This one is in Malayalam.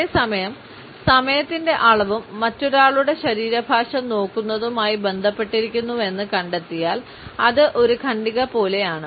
അതേസമയം സമയത്തിന്റെ അളവും മറ്റൊരാളുടെ ശരീരഭാഷ നോക്കുന്നതുമായി ബന്ധപ്പെട്ടിരിക്കുന്നുവെന്ന് കണ്ടെത്തിയാൽ അത് ഒരു ഖണ്ഡിക പോലെയാണ്